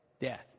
Death